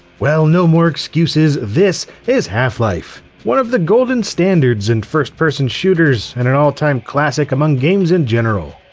well no more excuses, this is half-life! one of the golden standards in first-person shooters and an all-time classic among games in general.